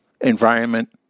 environment